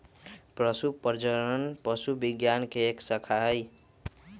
पशु प्रजनन पशु विज्ञान के एक शाखा हई